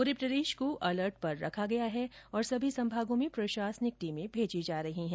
पूरे प्रदेश को अलर्ट पर रखा गया है और सभी संभागों में प्रशासनिक टीम भेजी जा रही है